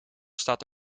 staat